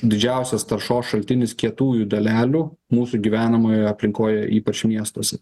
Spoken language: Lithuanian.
didžiausias taršos šaltinis kietųjų dalelių mūsų gyvenamojoje aplinkoje ypač miestuose